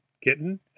kitten